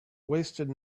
wasted